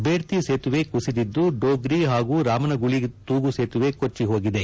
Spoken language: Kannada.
ಬೇಡ್ತಿ ಸೇತುವೆ ಕುಸಿದಿದ್ಲು ಡೋಗ್ರಿ ಪಾಗೂ ರಾಮನಗುಳಿ ತೂಗು ಸೇತುವೆ ಕೊಚ್ಚಿ ಹೋಗಿದೆ